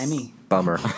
bummer